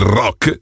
rock